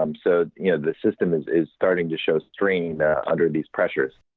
um so you know the system is is starting to show strain under these pressures.